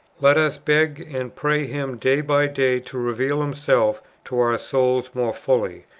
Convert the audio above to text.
let us beg and pray him day by day to reveal himself to our souls more fully,